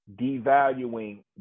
devaluing